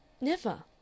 Never